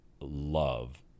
love